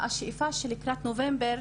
השאיפה היא שלקראת נובמבר,